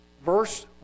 Verse